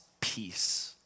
peace